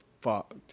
fucked